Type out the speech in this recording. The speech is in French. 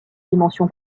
dimension